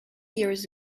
years